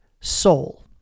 soul